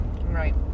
Right